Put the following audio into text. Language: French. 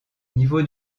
niveau